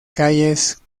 calles